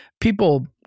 People